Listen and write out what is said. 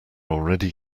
already